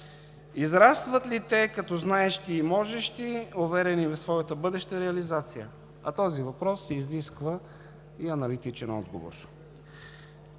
Израстват ли те като знаещи и можещи, уверени в своята бъдеща реализация? А този въпрос изисква и аналитичен отговор.